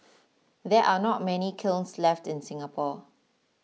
there are not many kilns left in Singapore